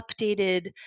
updated